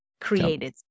created